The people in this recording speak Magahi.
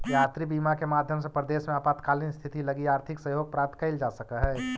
यात्री बीमा के माध्यम से परदेस में आपातकालीन स्थिति लगी आर्थिक सहयोग प्राप्त कैइल जा सकऽ हई